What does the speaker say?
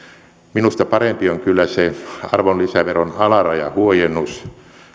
minusta parempi on kyllä se arvonlisäveron alarajan huojennus